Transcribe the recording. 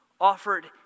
offered